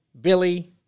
Billy